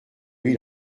lui